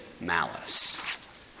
malice